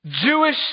Jewish